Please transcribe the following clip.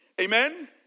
Amen